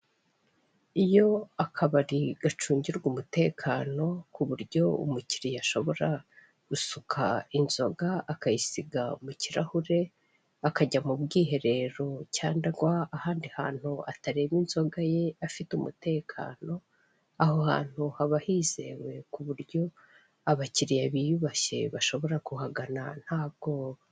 Iyo akabari gacungirwa umutekano, ku buryo umukiriya ashobora gusuka inzoga akayisiga mu kirahure, akajya mu bwiherero cyangwa ahandi hantu atareba inzoga ye afite umutekano, aho hantu haba hizewe ku buryo abakiriya biyubashye bashobora kuhagana nta bwoba.